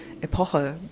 Epoche